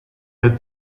the